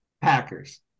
packers